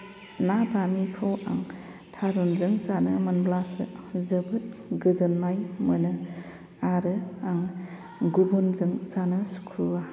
ना बामिखौ आं थारुनजों जानो मोनब्लासो जोबोद गोजोन्नाय मोनो आरो आं गुबुनजों जानो सुखुवा